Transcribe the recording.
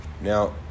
Now